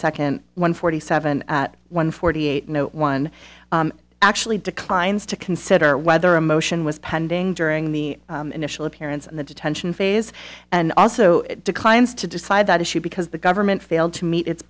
second one forty seven one forty eight no one actually declines to consider whether a motion was pending during the initial appearance in the detention phase and also declines to decide that issue because the government failed to meet it